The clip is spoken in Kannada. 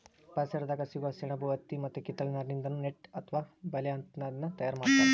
ಪರಿಸರದಾಗ ಸಿಗೋ ಸೆಣಬು ಹತ್ತಿ ಮತ್ತ ಕಿತ್ತಳೆ ನಾರಿನಿಂದಾನು ನೆಟ್ ಅತ್ವ ಬಲೇ ಅಂತಾದನ್ನ ತಯಾರ್ ಮಾಡ್ತಾರ